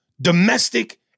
domestic